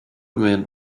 man